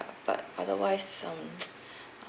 but otherwise um